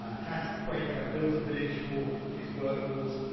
ah classic quaker built a village for his workforce,